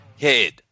head